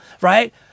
right